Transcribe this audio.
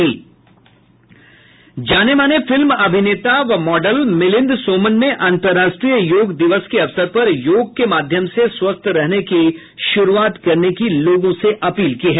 जाने माने फिल्म अभिनेता व मॉडल मिलिंद सोमन ने अंतर्राष्ट्रीय योग दिवस के अवसर पर योग के माध्यम से स्वस्थ रहने की शुरूआत करने की अपील की है